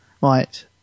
Right